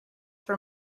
for